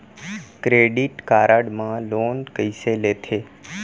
Credit card मा loan कइसे लेथे?